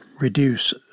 reduce